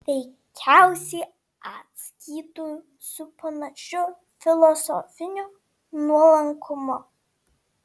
veikiausiai atsakytų su panašiu filosofiniu nuolankumu